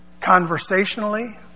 Conversationally